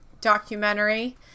documentary